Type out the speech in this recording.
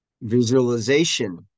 Visualization